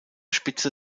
spitze